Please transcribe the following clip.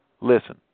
listen